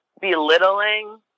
belittling